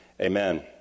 Amen